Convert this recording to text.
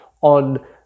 on